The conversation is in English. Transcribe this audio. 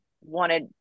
wanted